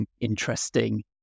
interesting